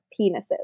penises